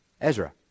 Ezra